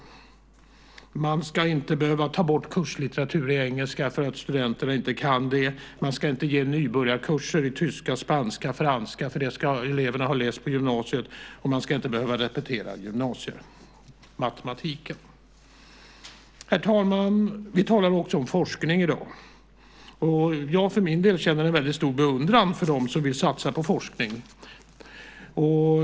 Man ska inte behöva ta bort kurslitteratur i engelska för att studenterna inte kan det. Man ska inte ge nybörjarkurser i tyska, spanska och franska. Det ska eleverna ha läst på gymnasiet. Man ska inte behöva repetera gymnasiematematiken. Herr talman! Vi talar också om forskning i dag. Jag för min del känner en väldigt stor beundran för dem som vill satsa på forskning.